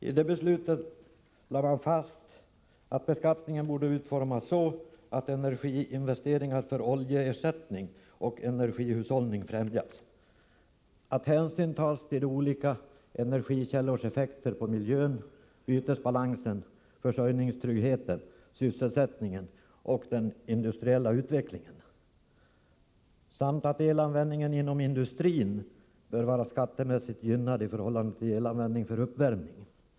I det beslutet lades fast att beskattningen borde utformas så att energiinvesteringar för oljeersättning och energihushållning främjas, att hänsyn tas till olika energikällors effekter på miljön, bytesbalansen, försörjningstryggheten, sysselsättningen och den industriella utvecklingen samt att elanvändning inom industrin bör vara skattemässigt gynnad i förhållande till elanvändning för uppvärmning.